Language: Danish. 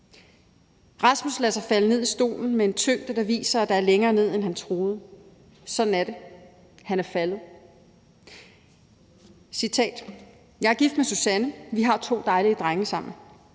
Rasmus lader sig falde ned i stolen med en tyngde, der viser, at der er længere ned, end han troede. Sådan er det; han er faldet. Han siger: Jeg er gift med Susanne. Vi har to dejlige drenge sammen.